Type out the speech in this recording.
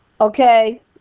Okay